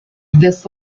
this